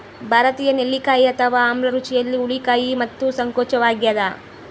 ಭಾರತೀಯ ನೆಲ್ಲಿಕಾಯಿ ಅಥವಾ ಆಮ್ಲ ರುಚಿಯಲ್ಲಿ ಹುಳಿ ಕಹಿ ಮತ್ತು ಸಂಕೋಚವಾಗ್ಯದ